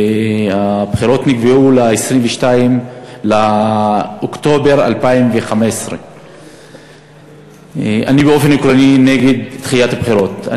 והבחירות נקבעו ל-22 באוקטובר 2015. אני באופן עקרוני נגד דחיית הבחירות.